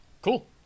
Cool